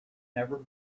never